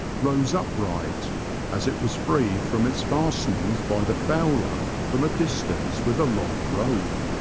rose upright as it was freed from its fastenings by the fowler from a distance with a long rope.